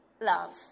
love